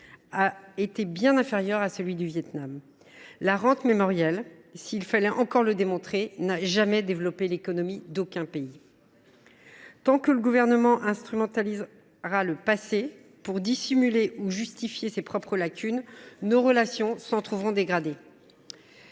bien inférieur à celui du Vietnam. La rente mémorielle, s’il fallait encore le démontrer, n’a jamais développé l’économie d’aucun pays. Tant que le gouvernement algérien instrumentalisera le passé pour dissimuler ou justifier ses propres lacunes, nos relations s’en trouveront dégradées.